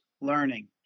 learning